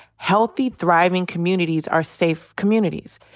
healthy, thriving communities are safe communities.